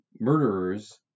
murderers